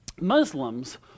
Muslims